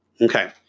Okay